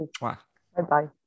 Bye-bye